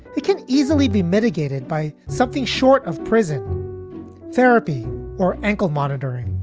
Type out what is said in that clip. it can easily be mitigated by something short of prison therapy or ankle monitoring